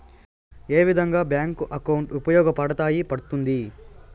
ఏ విధంగా bank account ఉపయోగపడతాయి పడ్తుంది